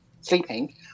sleeping